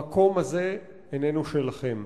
המקום הזה איננו שלכם.